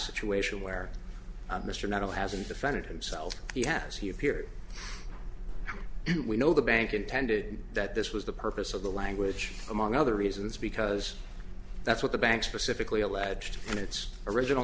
situation where mr nettle hasn't defended himself he has he appeared and we know the bank intended that this was the purpose of the language among other reasons because that's what the bank specifically alleged in its original